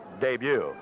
debut